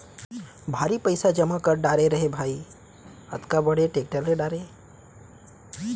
भारी पइसा जमा कर डारे रहें भाई, अतका बड़े टेक्टर ले डारे